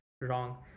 Wrong